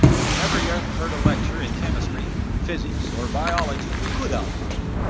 we've never yet heard a lecture in chemistry, physics, or biology you could outline.